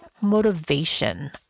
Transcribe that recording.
motivation